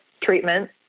treatment